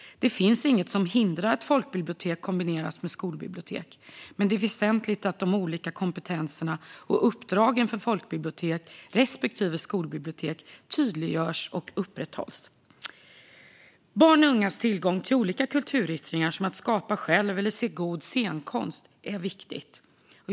Det finns inget som hindrar att folkbibliotek kombineras med skolbibliotek, men det är väsentligt att de olika kompetenserna och uppdragen för folkbibliotek respektive skolbibliotek tydliggörs och upprätthålls. Barns och ungas tillgång till olika kulturyttringar, som att skapa själv eller se god scenkonst, är viktig.